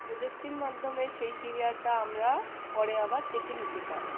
প্রযুক্তির মাধ্যমে সেই সিরিয়ালটা আমরা পরে আবার দেখে নিতে পারি